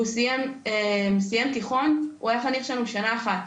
והוא סיים תיכון, הוא היה חניך שלנו שנה אחת.